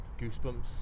Goosebumps